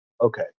okay